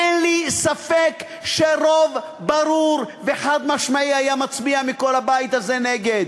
אין לי ספק שרוב ברור וחד-משמעי מכל הבית היה הזה מצביע נגד.